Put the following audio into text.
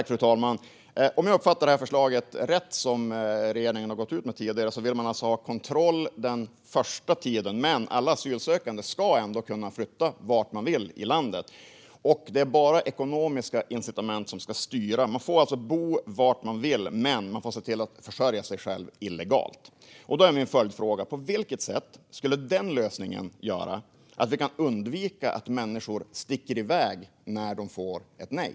Fru talman! Om jag uppfattar det förslag som regeringen tidigare gått ut med rätt vill man ha kontroll den första tiden, men alla asylsökande ska ändå kunna flytta vart de vill i landet. Det är bara ekonomiska incitament som ska styra - människor får bo var de vill, men de får se till att försörja sig själva illegalt. Min följdfråga är: På vilket sätt skulle den lösningen göra att vi kan undvika att människor sticker iväg när de får ett nej?